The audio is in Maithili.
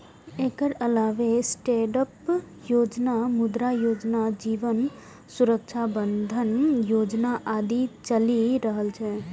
एकर अलावे स्टैंडअप योजना, मुद्रा योजना, जीवन सुरक्षा बंधन योजना आदि चलि रहल छै